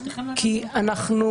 כי זה